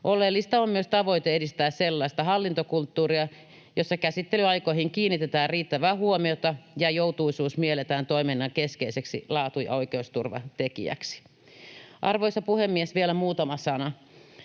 Oleellista on myös tavoite edistää sellaista hallintokulttuuria, jossa käsittelyaikoihin kiinnitetään riittävää huomiota ja joutuisuus mielletään toiminnan keskeiseksi laatu- ja oikeusturvatekijäksi. Arvoisa puhemies! Vielä muutama sana.